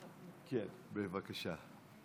כן, בבקשה.